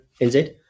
NZ